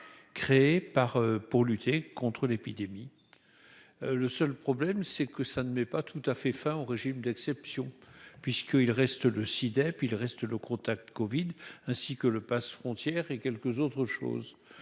par pour lutter contre l'épidémie, le seul problème c'est que ça ne met pas tout à fait enfin au régime d'exception puisque il reste le si DEP, il reste le contact Covid ainsi que le Pass Frontières et quelques autres choses,